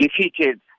defeated